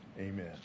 amen